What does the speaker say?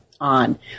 on